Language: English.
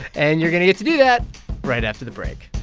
and you're going to get to do that right after the break